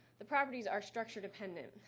the properties are structure-dependent.